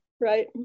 Right